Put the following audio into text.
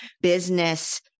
business